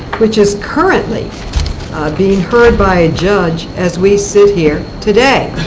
which is currently being heard by a judge as we sit here today.